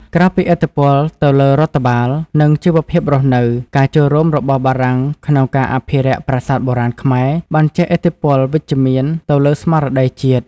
ក្រៅពីឥទ្ធិពលទៅលើរដ្ឋបាល និងជីវភាពរស់នៅ ការចូលរួមរបស់បារាំងក្នុងការអភិរក្សប្រាសាទបុរាណខ្មែរ បានជះឥទ្ធិពលវិជ្ជមានទៅលើស្មារតីជាតិ។